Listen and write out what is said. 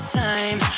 time